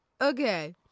Okay